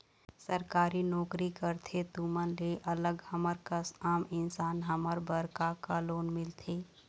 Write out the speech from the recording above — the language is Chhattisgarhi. सरकारी नोकरी करथे तुमन ले अलग हमर कस आम इंसान हमन बर का का लोन मिलथे?